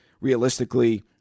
realistically